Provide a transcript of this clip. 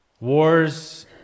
Wars